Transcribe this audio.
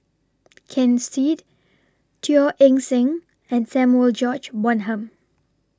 Ken Seet Teo Eng Seng and Samuel George Bonham